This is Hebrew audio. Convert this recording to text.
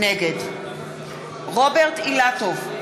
נגד רוברט אילטוב,